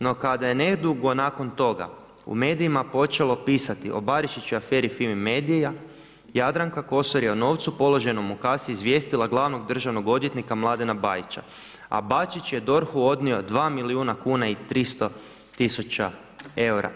No kada je nedugo nakon toga u medijima počelo pisati o Barišić aferi FIMI Medija, Jadranka Kosor je o novcu položenom u kasi, izvijestila glavnog državnog odvjetnika Mladena Bajića, a Bačić je DORH-u odnio 2 milijuna kn i 300 tisuća eura.